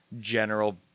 general